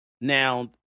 now